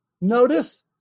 notice